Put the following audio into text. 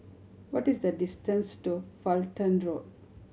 what is the distance to Fulton Road